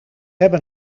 hebben